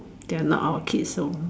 they are not our kids so